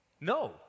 No